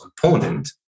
component